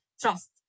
trust